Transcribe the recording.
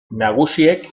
nagusiek